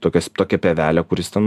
tokios tokia pievelė kur jis ten